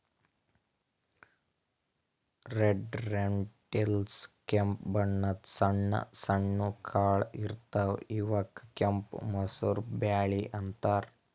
red lentils ಕೆಂಪ್ ಬಣ್ಣದ್ ಸಣ್ಣ ಸಣ್ಣು ಕಾಳ್ ಇರ್ತವ್ ಇವಕ್ಕ್ ಕೆಂಪ್ ಮಸೂರ್ ಬ್ಯಾಳಿ ಅಂತಾರ್